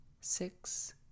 six